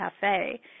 cafe